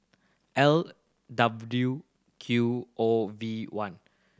L W Q O V one